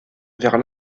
vers